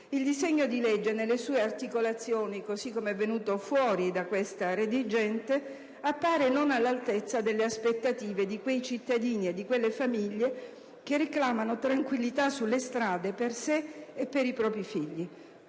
il disegno di legge nelle sue articolazioni, così come è venuto fuori dalla Commissione in sede redigente, appare non all'altezza delle aspettative di quei cittadini e di quelle famiglie che reclamano tranquillità sulle strade per sé e per i propri figli.